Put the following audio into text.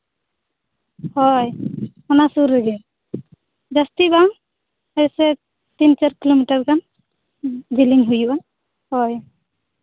ᱦᱳᱭ ᱚᱱᱟ ᱥᱩᱨ ᱨᱮᱜᱮ ᱡᱟᱹᱥᱛᱤ ᱵᱟᱝ ᱡᱮᱭᱥᱮ ᱛᱤᱱ ᱪᱟᱨ ᱠᱤᱞᱚᱢᱤᱴᱟᱨ ᱜᱟᱱ ᱡᱤᱠᱤᱧ ᱦᱩᱭᱩᱜᱼᱟ ᱦᱳᱭ